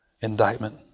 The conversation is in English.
indictment